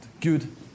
Good